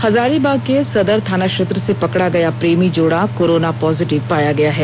हजारीबाग के सदर थाना क्षेत्र से पकड़ा गया प्रेमी जोड़ा कोरोना पॉजिटिव पाया गया है